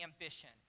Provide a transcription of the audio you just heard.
ambition